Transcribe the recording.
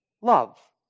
love